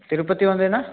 Tirupati ಒಂದೇನ